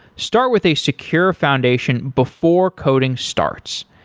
start with a secure foundation before coding starts.